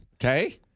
Okay